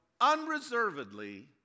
unreservedly